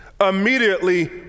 immediately